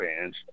fans